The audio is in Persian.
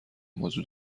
موضوع